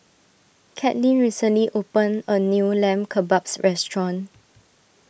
Katlyn recently opened a new Lamb Kebabs restaurant